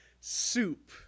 soup